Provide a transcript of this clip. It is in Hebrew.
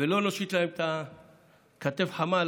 ולא נושיט להם כתף חמה,